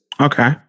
Okay